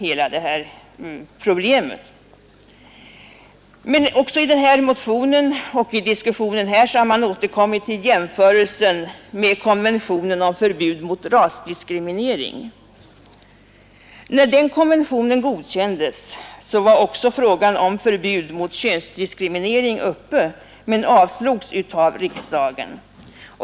Både i motionen och i diskussionen här har man återkommit till jämförelsen med konventionen om förbud mot rasdiskriminering. När den konventionen godkändes var också frågan om förbud mot könsdiskriminering uppe men avslogs av riksdagen.